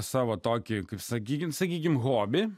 savo tokį kaip sakykime sakykime hobį